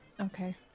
okay